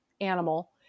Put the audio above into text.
animal